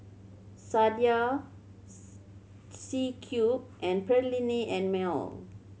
Sadia C Cube and Perllini and Mel